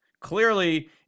Clearly